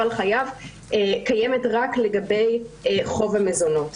על חייב קיימת רק לגבי חוב המזונות.